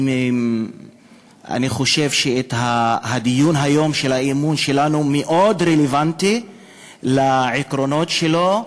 אני חושב שהדיון היום באי-אמון שלנו מאוד רלוונטי לעקרונות שלו,